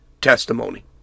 testimony